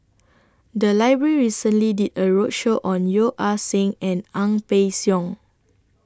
The Library recently did A roadshow on Yeo Ah Seng and Ang Peng Siong